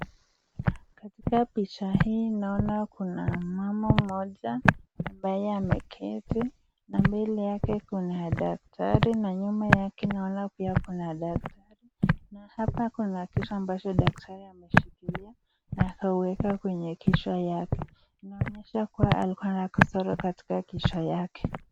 Katika picha hii naona kuna mama moja ambaye ameketi na mbele yake kuna daktari na nyuma yake naona pia kuna daktari. Hapa kuna kitu ambacho daktari ameshikilia nakuweka kwenye kichwa yake, inaonyesha kuwa alikuwa na kasoro katika kichwa yake.